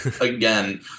again